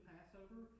Passover